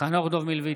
חנוך דב מלביצקי,